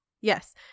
Yes